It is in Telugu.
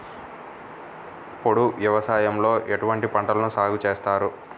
పోడు వ్యవసాయంలో ఎటువంటి పంటలను సాగుచేస్తారు?